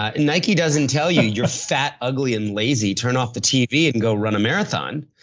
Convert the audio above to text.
ah nike doesn't tell you you're fat, ugly, and lazy. turn off the tv and go run a marathon.